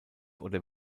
oder